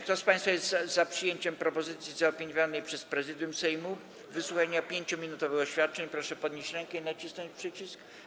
Kto z państwa jest za przyjęciem propozycji zaopiniowanej przez Prezydium Sejmu wysłuchania 5-minutowych oświadczeń w imieniu klubów i kół, proszę podnieść rękę i nacisnąć przycisk.